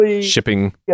shipping